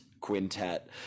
quintet